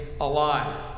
alive